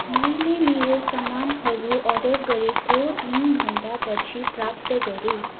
मैले मेरो सामानहरू अर्डर गरेको तिन घण्टा पछि प्राप्त गरेँ